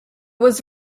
was